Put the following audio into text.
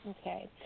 okay